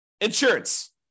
insurance